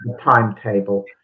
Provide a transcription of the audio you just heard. timetable